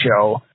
show